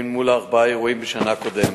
אל מול ארבעה אירועים בשנה הקודמת.